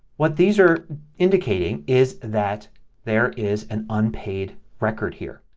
what these are indicating is that there is an unpaid record here.